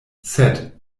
sed